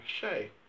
Shay